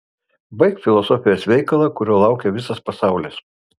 baik filosofijos veikalą kurio laukia visas pasaulis